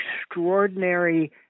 extraordinary